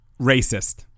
Racist